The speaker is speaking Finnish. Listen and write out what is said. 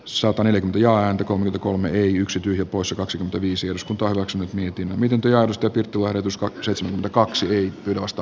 sopanen ja antakoon nyt kolme yksi tyhjä poissa kaksi viisi uskontoa lax mietin miten työllistetyn tuo ennätys kaksikymmentäkaksi y vasta